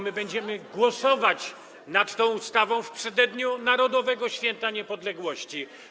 My będziemy głosować nad tą ustawą w przededniu Narodowego Święta Niepodległości.